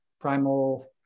Primal